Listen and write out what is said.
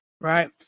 right